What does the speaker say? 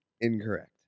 Incorrect